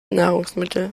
nahrungsmittel